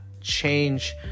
change